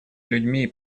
людьми